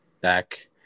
back